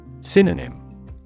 Synonym